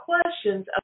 questions